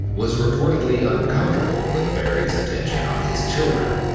was reportedly uncomfortable with barrie's attention on his children,